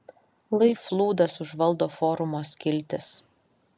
lai flūdas užvaldo forumo skiltis